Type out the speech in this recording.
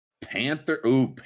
Panther